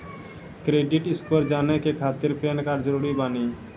Credit score जाने के खातिर पैन कार्ड जरूरी बानी?